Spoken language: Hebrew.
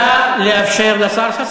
נא לאפשר לשר.